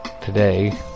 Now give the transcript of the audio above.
today